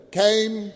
came